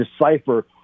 decipher